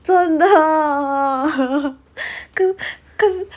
真的 跟跟